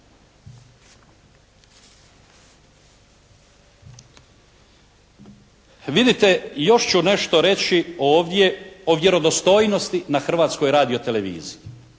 Vidite, još ću nešto reći ovdje o vjerodostojnosti na Hrvatskoj radioteleviziji.